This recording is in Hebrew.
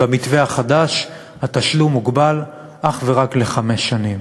ובמתווה החדש התשלום מוגבל אך ורק לחמש שנים.